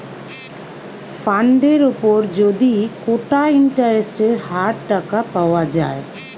ফান্ডের উপর যদি কোটা ইন্টারেস্টের হার টাকা পাওয়া যায়